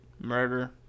murder